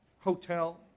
hotel